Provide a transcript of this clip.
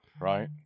right